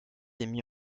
émis